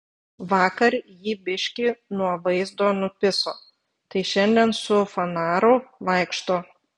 vakar jį biškį nuo vaizdo nupiso tai šiandien su fanaru vaikšto